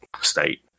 state